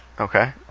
Okay